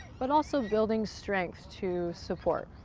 but also building strength to support.